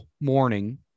morning